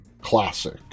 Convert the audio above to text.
classic